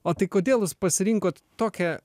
o tai kodėl jūs pasirinkot tokią